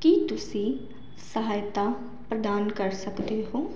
ਕੀ ਤੁਸੀਂ ਸਹਾਇਤਾ ਪ੍ਰਦਾਨ ਕਰ ਸਕਦੇ ਹੋ